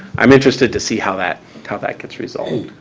i'm interested to see how that how that gets resolved.